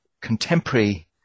contemporary